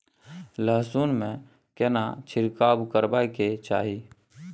लहसुन में केना छिरकाव करबा के चाही?